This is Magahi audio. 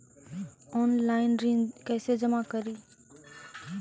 ऑनलाइन ऋण कैसे जमा करी?